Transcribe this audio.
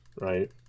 right